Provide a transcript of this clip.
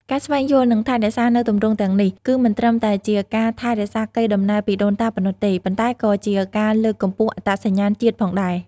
ការស្វែងយល់ និងថែរក្សានូវទម្រង់ទាំងនេះ គឺមិនត្រឹមតែជាការថែរក្សាកេរដំណែលពីដូនតាប៉ុណ្ណោះទេ ប៉ុន្តែក៏ជាការលើកកម្ពស់អត្តសញ្ញាណជាតិផងដែរ។